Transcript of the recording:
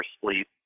sleep